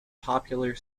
popular